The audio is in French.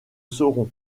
saurons